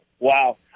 Wow